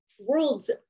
worlds